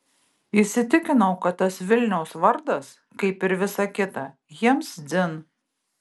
įsitikinau kad tas vilniaus vardas kaip ir visa kita jiems dzin